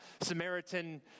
Samaritan